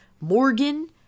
Morgan